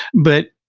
but,